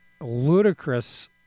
ludicrous